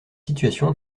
situation